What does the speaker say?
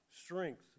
Strength